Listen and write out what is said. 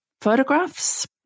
photographs